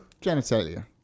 Genitalia